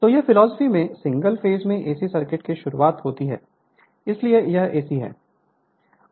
तो इस फिलॉसफी में सिंगल फेज में एसी सर्किट में शुरुआत हुई है इसलिए यह एसी है